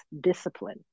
discipline